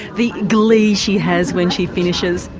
the glee she has when she finishes.